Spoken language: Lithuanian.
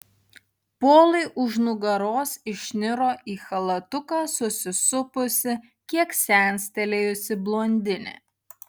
polui už nugaros išniro į chalatuką susisupusi kiek senstelėjusi blondinė